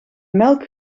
melk